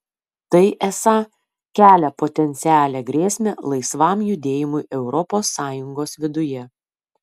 tai esą kelia potencialią grėsmę laisvam judėjimui europos sąjungos viduje